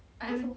um